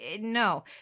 no